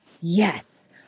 Yes